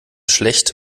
schlecht